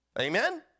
Amen